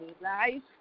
life